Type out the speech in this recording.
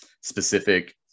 specific